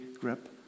grip